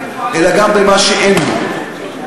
אלא גם במה שאין בו.